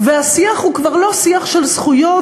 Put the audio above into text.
והשיח הוא כבר לא שיח של זכויות,